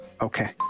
Okay